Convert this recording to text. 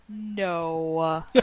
No